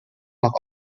nach